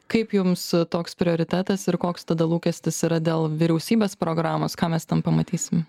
kaip jums toks prioritetas ir koks tada lūkestis yra dėl vyriausybės programos ką mes ten pamatysim